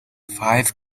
five